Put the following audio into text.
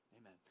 amen